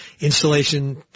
Installation